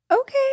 Okay